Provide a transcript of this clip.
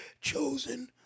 chosen